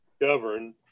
govern